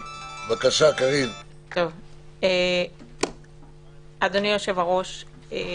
את מאיר בן שבת אני אארגן לך לארוחת ערב.